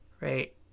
right